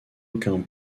aucun